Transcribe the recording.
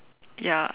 ya